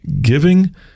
giving